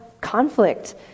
conflict